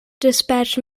dispatched